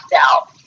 out